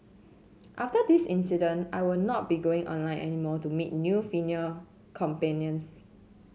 after this incident I will not be going online any more to meet new female companions